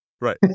Right